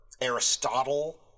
Aristotle